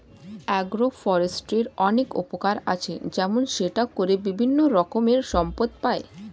agro ফরেস্ট্রির অনেক উপকার আছে, যেমন সেটা করে বিভিন্ন রকমের সম্পদ পাই